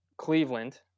Cleveland